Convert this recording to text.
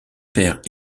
per